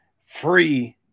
free